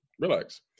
Relax